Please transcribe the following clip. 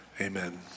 amen